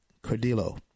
Cardillo